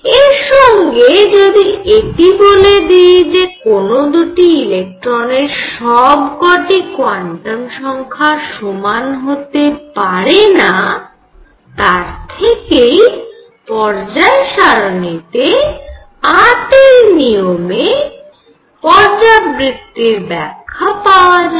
এর সঙ্গে যদি এটি বলে দিই যে কোন দুটি ইলেকট্রনের সব কটি কোয়ান্টাম সংখ্যা সমান হতে পারেনা তার থেকেই পর্যায় সারণিতে 8 এর নিয়মে পর্যাবৃত্তির ব্যাখ্যা পাওয়া যায়